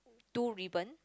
two ribbons